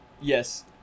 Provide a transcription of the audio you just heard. yes